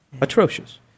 Atrocious